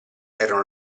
erano